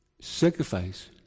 sacrifice